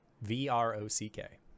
V-R-O-C-K